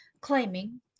claiming